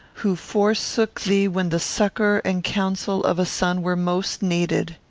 who forsook thee when the succour and counsel of a son were most needed.